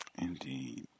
Indeed